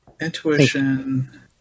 Intuition